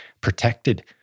protected